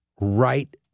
right